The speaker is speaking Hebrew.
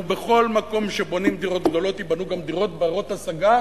ובכל מקום שבונים דירות גדולות ייבנו גם דירות ברות-השגה.